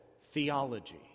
theology